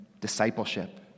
discipleship